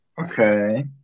Okay